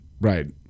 Right